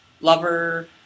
lover